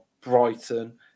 Brighton